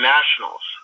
Nationals